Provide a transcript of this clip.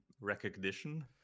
recognition